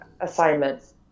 assignments